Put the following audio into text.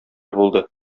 булды